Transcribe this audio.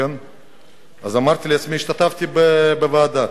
השתתפתי בוועדה.